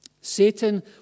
Satan